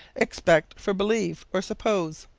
expect for believe, or suppose.